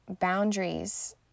boundaries